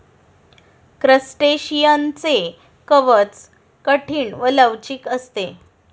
क्रस्टेशियनचे कवच कठीण व लवचिक असते